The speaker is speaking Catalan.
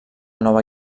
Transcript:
nova